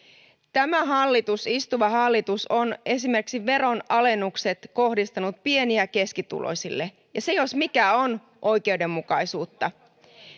tämä istuva hallitus on esimerkiksi veronalennukset kohdistanut pieni ja keskituloisille ja se jos mikä on oikeudenmukaisuutta